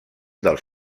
dels